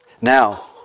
Now